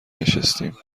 نشستیم